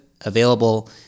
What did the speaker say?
available